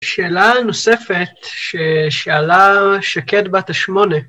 שאלה נוספת, ששאלה שקד בת השמונה.